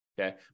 Okay